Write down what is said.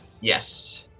Yes